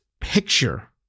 picture